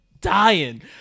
dying